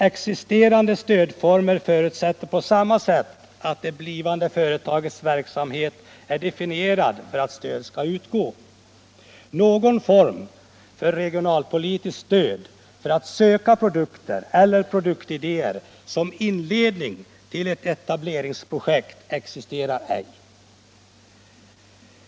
Existerande stödformer förutsätter på samma sätt att det blivande företagets verksamhet är definierad för att stöd skall utgå. Någon form för regionalpolitiskt stöd för att söka produkter eller produktidéer som inledning till ett etableringsprojekt existerar ej.